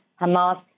Hamas